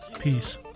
Peace